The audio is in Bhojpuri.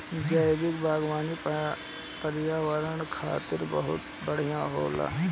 जैविक बागवानी पर्यावरण खातिर बहुत बढ़िया होला